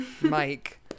Mike